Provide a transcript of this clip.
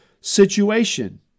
situation